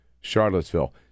Charlottesville